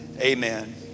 amen